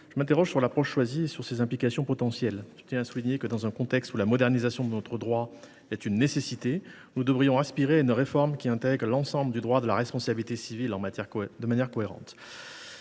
je m’interroge sur l’approche retenue et sur ses implications potentielles. Je tiens à souligner que, dans un contexte où la modernisation de notre droit est une nécessité, nous devrions aspirer à une réforme qui intègre de manière cohérente l’ensemble du droit de la responsabilité civile. L’exemple de